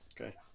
Okay